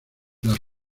las